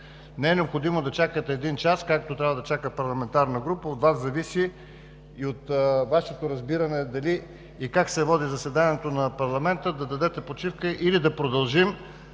Не е необходимо да чакате един час, както трябва да чака парламентарна група. От Вас и от Вашето разбиране зависи дали и как се води заседанието на парламента, да дадете почивка или да продължим